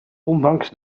ondanks